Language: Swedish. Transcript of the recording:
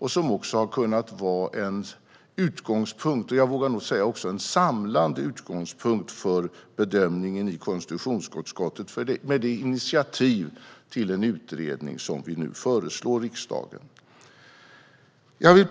Med den har vi kunnat få en utgångspunkt - och jag vågar nog säga att den också har varit en samlande utgångspunkt - för bedömningen i konstitutionsutskottet och det initiativ till en utredning som vi nu föreslår riksdagen. Jag vill